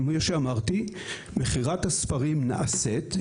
כפי שאמרתי, מכירת הספרים נעשית.